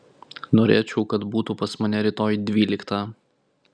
norėčiau kad būtų pas mane rytoj dvyliktą